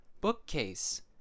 bookcase